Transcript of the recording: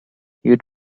you